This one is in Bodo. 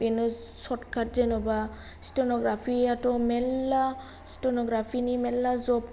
बेनो सर्ट काट जेनबा स्टेनग्राफियाथ' मेल्ला स्टेनग्राफिनि मेल्ला जब